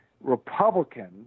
Republican